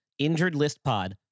InjuredListPod